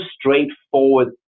straightforward